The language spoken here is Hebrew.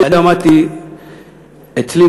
אצלי,